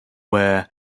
ware